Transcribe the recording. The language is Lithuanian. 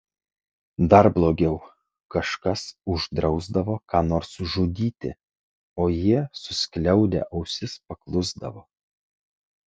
dar blogiau kažkas uždrausdavo ką nors žudyti o jie suskliaudę ausis paklusdavo